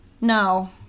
no